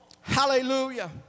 Hallelujah